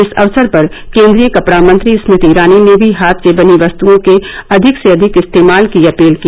इस अवसर पर केन्द्रीय कपड़ा मंत्री स्मृति ईरानी ने भी हाथ से बनी वस्तुओं के अधिक से अधिक इस्तेमाल की अपील की